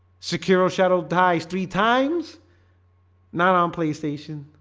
secure or shadow dies three times not on playstation.